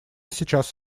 сейчас